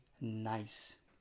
nice